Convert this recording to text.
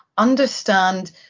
understand